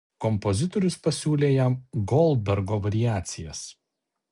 kompozitorius pasiūlė jam goldbergo variacijas